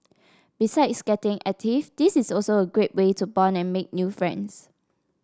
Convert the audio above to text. besides getting active this is also a great way to bond and make new friends